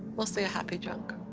we'll say a happy drunk.